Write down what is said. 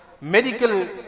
medical